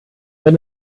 wenn